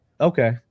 Okay